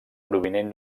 provinent